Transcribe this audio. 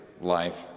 life